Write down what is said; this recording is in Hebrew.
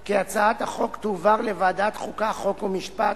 כי הצעת החוק תועבר לוועדת חוקה, חוק ומשפט